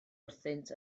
wrthynt